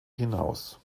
hinaus